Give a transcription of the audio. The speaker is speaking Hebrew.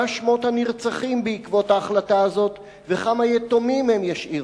מה שמות הנרצחים בעקבות ההחלטה הזאת וכמה יתומים הם ישאירו.